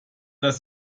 das